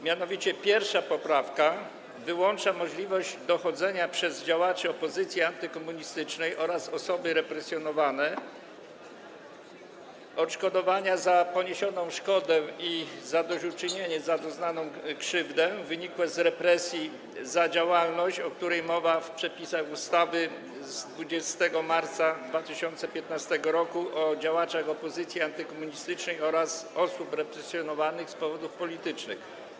Mianowicie 1. poprawka wyłącza możliwość dochodzenia przez działaczy opozycji antykomunistycznej oraz osoby represjonowane odszkodowania za poniesioną szkodę i zadośćuczynienia za doznaną krzywdę, wynikłe z represji za działalność, o której mowa w przepisach ustawy z 20 marca 2015 r. o działaczach opozycji antykomunistycznej oraz osobach represjonowanych z powodów politycznych.